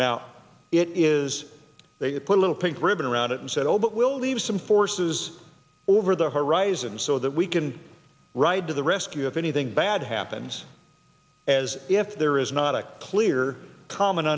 now it is they put a little pink ribbon around it and said oh but we'll leave some forces over the horizon so that we can ride to the rescue if anything bad happens as if there is not a clear common